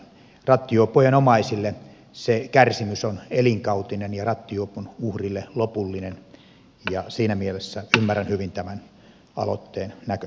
rattijuoppojen omaisille se kärsimys on elinkautinen ja rattijuopon uhrille lopullinen ja siinä mielessä ymmärrän hyvin tämän aloitteen näkökulman